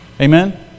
amen